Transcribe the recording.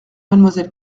mademoiselle